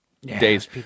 days